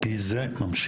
כי זה ממשיך.